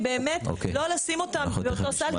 באמת לא לשים אותם באותו סל,